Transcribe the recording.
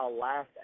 last